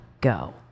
Go